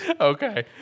Okay